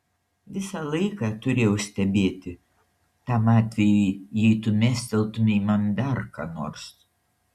visą laiką turėjau stebėti tam atvejui jei tu mesteltumei man dar ką nors